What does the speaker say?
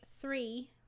three